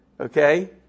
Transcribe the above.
Okay